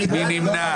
מי נמנע?